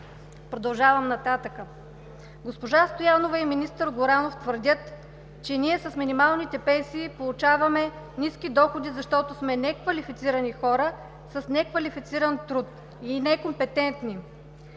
Продължавам нататък: „Госпожа Стоянова и министър Горанов твърдят, че ние с минималните пенсии получаваме ниски доходи, защото сме неквалифицирани хора, с неквалифициран труд или некомпетентни.